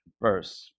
first